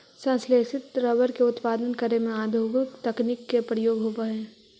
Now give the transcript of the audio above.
संश्लेषित रबर के उत्पादन करे में औद्योगिक तकनीक के प्रयोग होवऽ हइ